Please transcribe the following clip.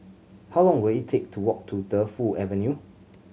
how long will it take to walk to Defu Avenue